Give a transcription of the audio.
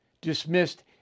dismissed